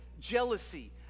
jealousy